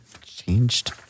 changed